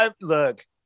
look